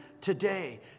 today